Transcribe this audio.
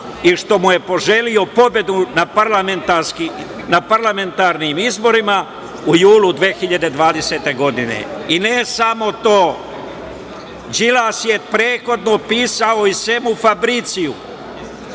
i što mu je poželeo pobedu na parlamentarnim izborima u julu 2020. godine. Ne samo to, Đilas je prethodno pisao i Semu Fabriciju,